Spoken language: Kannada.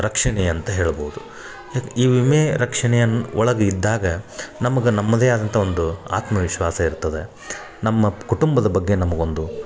ರಕ್ಷಣೆ ಅಂತ ಹೇಳ್ಬೌದು ಈ ಈ ವಿಮೆ ರಕ್ಷಣೆಯ ಒಳಗೆ ಇದ್ದಾಗ ನಮಗೆ ನಮ್ಮದೇ ಆದಂಥ ಒಂದು ಆತ್ಮವಿಶ್ವಾಸ ಇರ್ತದೆ ನಮ್ಮ ಕುಟುಂಬದ ಬಗ್ಗೆ ನಮಗೊಂದು